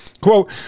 Quote